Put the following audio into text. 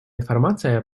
информация